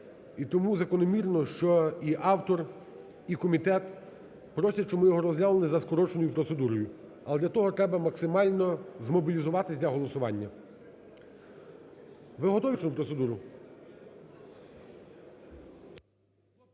і тому закономірно, що і автор, і комітет просять, щоб ми його розглянули за скороченою процедурою. Але для того треба максимально змобілізуватися для голосування. Ви готові підтримати